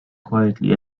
quietly